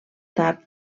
tard